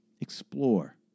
Explore